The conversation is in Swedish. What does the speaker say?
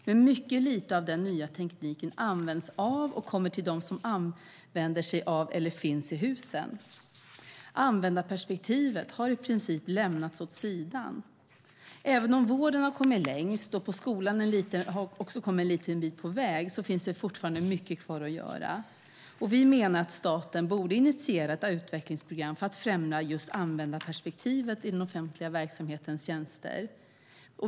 Men mycket lite av den nya tekniken används av och kommer till dem som använder sig av eller finns i husen. Användarperspektivet har i princip lämnats åt sidan. Vården har kommit längst, och skolan har också kommit en liten bit på väg. Men det finns fortfarande mycket kvar att göra. Vi menar att staten borde initiera ett utvecklingsprogram för att främja just användarperspektivet i den offentliga verksamhetens tjänster.